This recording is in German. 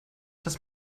dass